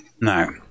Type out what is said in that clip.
No